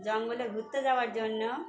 জঙ্গলে ঘুরতে যাওয়ার জন্য